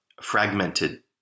fragmented